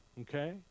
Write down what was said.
Okay